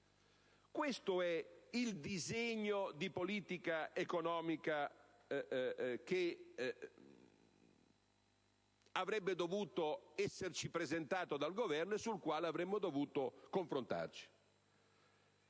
Questo è il disegno di politica economica che avrebbe dovuto essere presentato dal Governo e sul quale avremmo dovuto confrontarci.